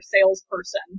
salesperson